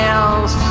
else